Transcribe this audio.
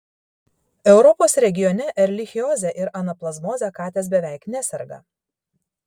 europos regione erlichioze ir anaplazmoze katės beveik neserga